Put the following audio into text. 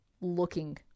looking